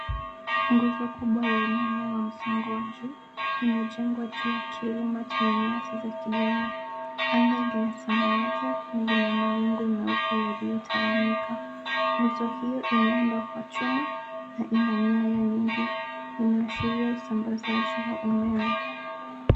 Nguzo kubwa ya umeme wa msongo wa juu imejengwa juu ya kilima chenye nyasi za kijani. Anga ni la samawati na lina mawingu meupe yaliyotawanyika. Nguzo hio imeundwa kwa chuma na ina nyaya nyingi. Inaashiria usambazaji wa umeme.